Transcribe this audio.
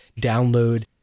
download